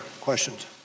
questions